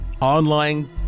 online